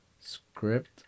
script